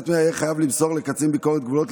חייב למסור לקצין ביקורות גבולות,